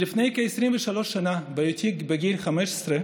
לפני כ-23 שנה, בהיותי בגיל 15,